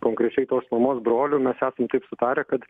konkrečiai tos mamos broliu mes esam taip sutarę kad